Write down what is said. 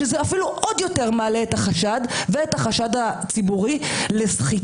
שזה אפילו עוד יותר מעלה את החשד ואת החשד הציבורי לסחיטה.